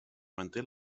manté